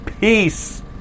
peace